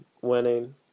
winning